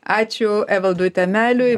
ačiū evaldui tameliui